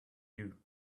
you